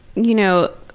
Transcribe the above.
you know,